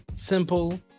simple